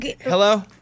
Hello